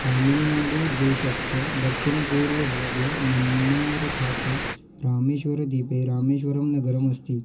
तमिल्नाडुदेशस्य दक्षिणपूर्वभागे मन्नारखाते रामेश्वरद्वीपे रामेश्वरं नगरम् अस्ति